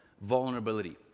vulnerability